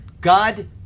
God